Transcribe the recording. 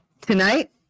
tonight